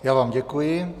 Já vám děkuji.